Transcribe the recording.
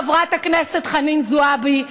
חברת הכנסת חנין זועבי,